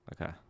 Okay